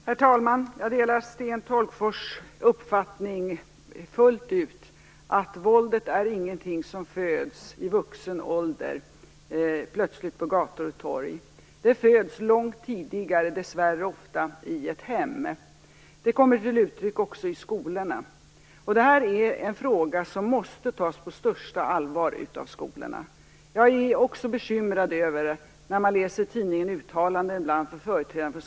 Herr talman! Jag delar Sten Tolgfors uppfattning fullt ut. Våldet är ingenting som föds plötsligt i vuxen ålder på gator och torg. Det föds långt tidigare, dessvärre ofta i ett hem. Det kommer till uttryck också i skolorna. Det här är en fråga som måste tas på största allvar av skolorna. Jag är också bekymrad över uttalanden av företrädare för skolan som man ibland läser i tidningen.